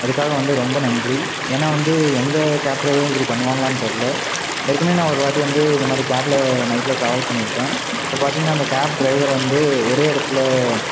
அதுக்காக வந்து ரொம்ப நன்றி ஏன்னா வந்து எந்த கேப் டிரைவரும் இப்படி பண்ணுவாங்களான்னு தெரியல ஏற்கனவே நான் ஒருவாட்டி வந்து இந்த மாதிரி கேபில் நைட்டில் ட்ராவல் பண்ணியிருக்கேன் அப்போ பார்த்திங்கன்னா அந்த கேப் ட்ரைவர் வந்து ஒரே இடத்துல